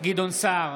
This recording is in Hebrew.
גדעון סער,